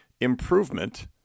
improvement